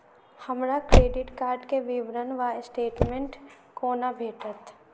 हमरा credit card केँ विवरण वा स्टेटमेंट कोना भेटत?